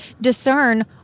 discern